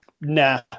Nah